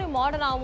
modern